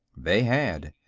they had.